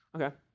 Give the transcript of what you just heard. Okay